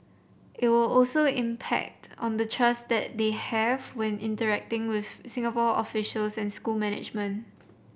it will also impact on the trust that they have when interacting with Singapore officials and school management